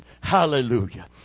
Hallelujah